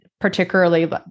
particularly